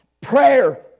prayer